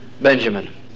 Benjamin